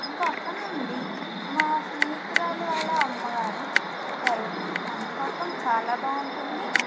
ఇంక అక్కడ నుండి మా స్నేహితురాలు వాళ్ళ అమ్మగారు చెప్పారు కాణిపాకం చాలా బాగుంటుంది